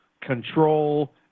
control